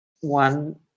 one